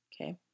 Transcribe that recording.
okay